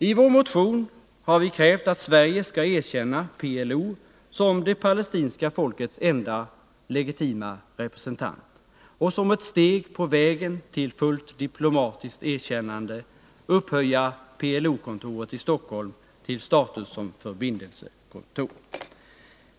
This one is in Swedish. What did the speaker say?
I vår motion har vi krävt att Sverige skall erkänna PLO som det palestinska folkets enda legitima representant och som ett steg på vägen till fullt diplomatiskt erkännande upphöja PLO-kontoret i Stockholm till status som förbindelsekontor.